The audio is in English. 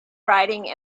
writing